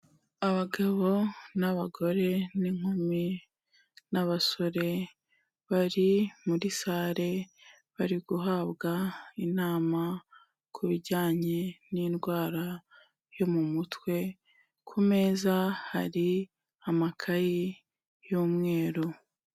Abagabo n'abagore n'inkumi n'abasore bari muri sale, bari guhabwa inama ku bijyanye n'indwara yo mu mutwe, ku meza hari amakayi y'umweru.